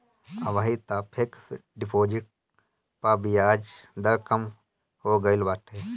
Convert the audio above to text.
अबही तअ fix deposit पअ बियाज दर कम हो गईल बाटे